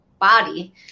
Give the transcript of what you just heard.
body